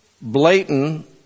blatant